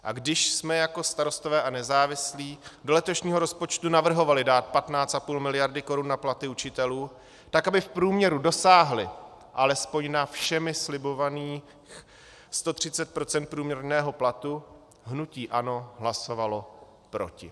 A když jsme jako Starostové a nezávislí do letošního rozpočtu navrhovali dát 15,5 miliardy na platy učitelů, tak aby v průměru dosáhli alespoň na všemi slibovaných 130 % průměrného platu, hnutí ANO hlasovalo proti.